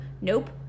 nope